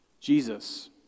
Jesus